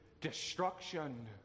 destruction